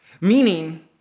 meaning